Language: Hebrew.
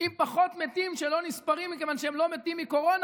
עם פחות מתים שלא נספרים מכיוון שהם לא מתים מקורונה,